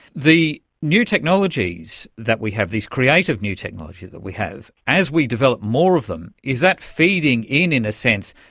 the new technologies that we have, these creative new technologies that we have, as we develop more of them, is that feeding in, in a sense,